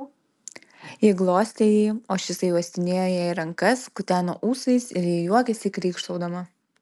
ji glostė jį o šisai uostinėjo jai rankas kuteno ūsais ir ji juokėsi krykštaudama